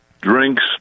drinks